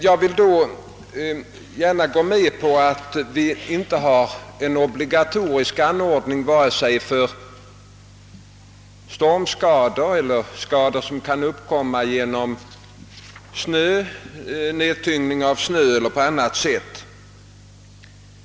Jag medger gärna att vi inte har en obligatorisk anordning för vare sig stormskador eller skador som kan uppkomma genom nedtyngning av snö eller på annat sätt.